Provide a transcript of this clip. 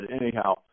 anyhow